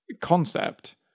concept